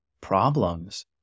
problems